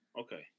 Okay